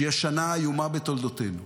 שהיא השנה האיומה בתולדותינו,